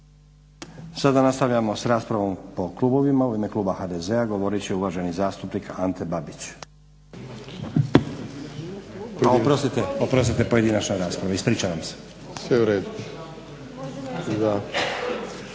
Sada nastavljamo s raspravom po klubovima. U ime kluba HDZ-a govorit će uvaženi zastupnik Ante Babić. Oprostite pojedinačna rasprava, ispričavam se.